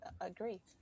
agree